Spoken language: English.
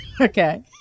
Okay